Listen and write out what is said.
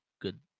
good